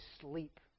sleep